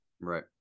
Right